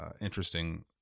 interesting